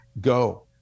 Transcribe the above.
Go